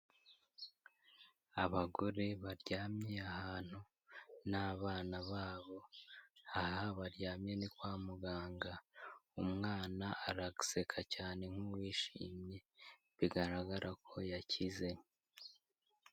Abagore baryamye ahantu n'abana babo, aha baryamye ni kwa muganga, umwana araseka cyane nk'uwishimye bigaragara ko yakize.